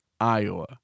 Iowa